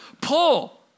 pull